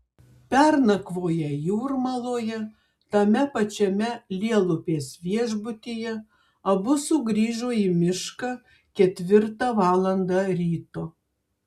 pernakvoję jūrmaloje tame pačiame lielupės viešbutyje abu sugrįžo į mišką ketvirtą valandą ryto